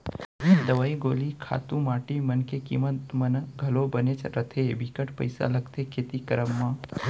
दवई गोली खातू माटी मन के कीमत मन घलौ बनेच रथें बिकट पइसा लगथे खेती के करब म